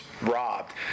robbed